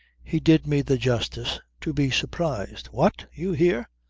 he did me the justice to be surprised. what? you here!